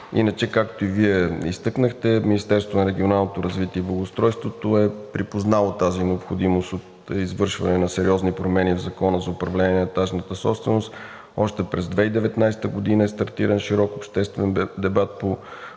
развитие и благоустройството е припознало тази необходимост от извършване на сериозни промени в Закона за управление на етажната собственост. Още през 2019 г. е стартиран широк обществен дебат по